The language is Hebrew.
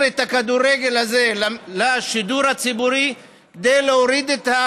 את הכדורגל הזה לשידור הציבורי כדי להוריד,